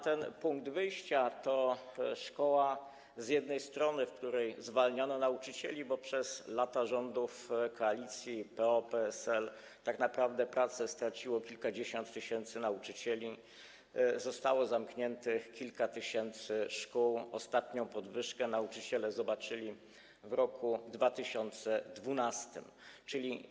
Ten punkt wyjścia to z jednej strony szkoła, w której zwalniano nauczycieli, bo przez lata rządów koalicji PO-PSL tak naprawdę pracę straciło kilkadziesiąt tysięcy nauczycieli, zostało zamkniętych kilka tysięcy szkół, ostatnią podwyżkę nauczyciele zobaczyli w 2012 r.